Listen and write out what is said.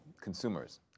Consumers